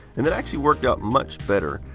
and that actually worked out much better.